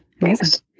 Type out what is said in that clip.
Amazing